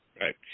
Right